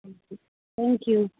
thank you thank you